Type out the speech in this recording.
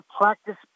practice